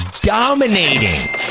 dominating